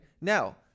now